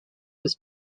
was